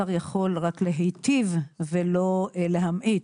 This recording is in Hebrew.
השר יכול רק להיטיב ולא להמעיט,